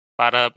para